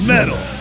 Metal